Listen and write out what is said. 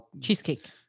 Cheesecake